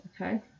okay